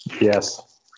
Yes